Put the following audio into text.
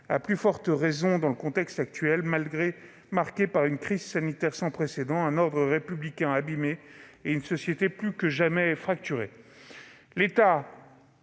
à plus forte raison dans le contexte actuel, marqué par une crise sanitaire sans précédent, un ordre républicain abîmé et une société plus que jamais fracturée.